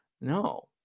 No